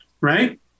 Right